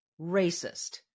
racist